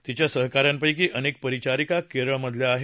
तिच्या सहकान्यांपैकी अनेक परिचारिका केरळमधल्या आहेत